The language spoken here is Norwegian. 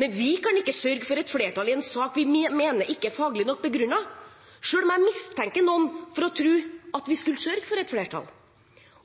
men vi kan ikke sørge for et flertall i en sak vi mener ikke er nok faglig begrunnet – selv om jeg mistenker noen for å tro at vi skulle sørge for et flertall.